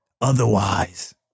otherwise